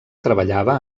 treballava